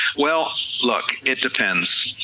well look, it depends,